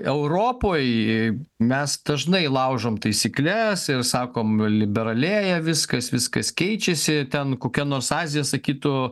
europoj mes dažnai laužom taisykles ir sakom liberalėja viskas viskas keičiasi ten kokia nors azija sakytų